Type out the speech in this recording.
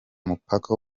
mupaka